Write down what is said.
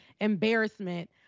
embarrassment